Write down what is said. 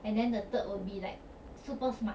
and then the third will be like super smart